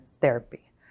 therapy